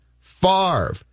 Favre